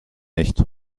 nicht